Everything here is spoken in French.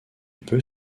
peut